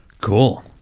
cool